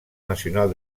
nacional